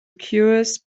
cures